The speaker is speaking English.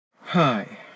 Hi